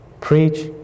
preach